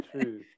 true